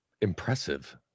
impressive